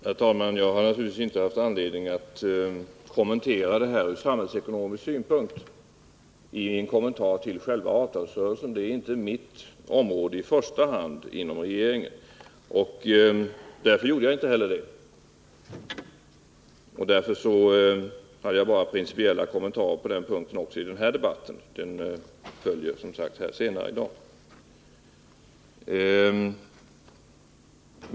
Herr talman! Jag har inte i första hand haft anledning att kommentera utfallet i själva avtalsrörelsen ur samhällsekonomisk synpunkt. Att göra kommentarer från den utgångspunkten faller inte under mitt ansvarsområde inom regeringen. Därför gjorde jag det inte heller, och därför lämnade jag också i den här debatten bara principiella synpunkter i det här avseendet. En debatt om de samhällsekonomiska konsekvenserna av avtalsrörelsen kommer ju att föras senare i dag.